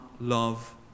love